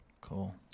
Cool